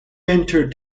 entered